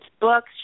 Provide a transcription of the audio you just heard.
books